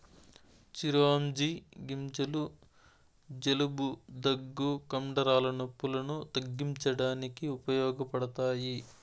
చిరోంజి గింజలు జలుబు, దగ్గు, కండరాల నొప్పులను తగ్గించడానికి ఉపయోగపడతాయి